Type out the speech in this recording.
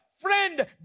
Friend